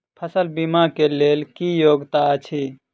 फसल बीमा केँ लेल की योग्यता अछि?